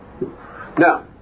Now